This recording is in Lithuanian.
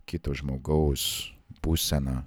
kito žmogaus būseną